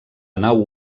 nau